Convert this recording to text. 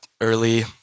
early